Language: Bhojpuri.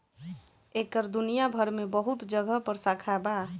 एकर दुनिया भर मे बहुत जगह पर शाखा बा